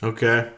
Okay